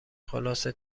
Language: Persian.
خلاصه